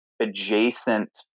adjacent